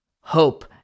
hope